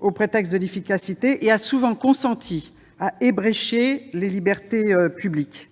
au prétexte de l'efficacité et a souvent consenti à ébrécher les libertés publiques.